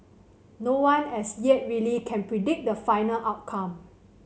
no one as yet really can predict the final outcome